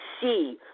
see